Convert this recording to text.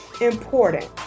important